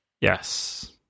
Yes